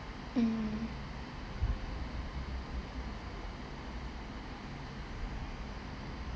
mm